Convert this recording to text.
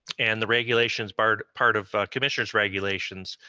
and the regulations part part of commissions regulations,